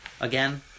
again